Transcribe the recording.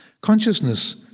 Consciousness